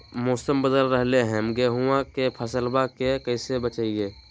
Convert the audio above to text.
मौसम बदल रहलै है गेहूँआ के फसलबा के कैसे बचैये?